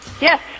Yes